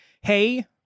Hey